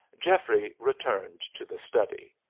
geoffrey returned to the study.